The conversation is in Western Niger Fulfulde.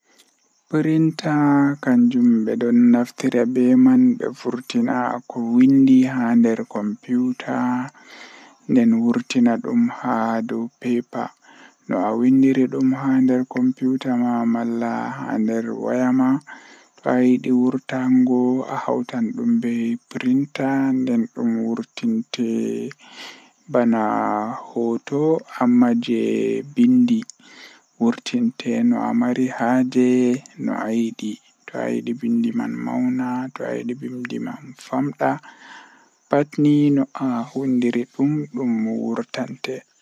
Arandeere kam mi eman mo dume o buri yidugo haa rayuwa maako tomi nani ko o buradaa yiduki mi eman mo dume be dume o burdaa yiduki haa duniyaaru tomi nani hunde didi do mi wawan mi yecca ma goddo ko o moijo be ko o wawata waduki.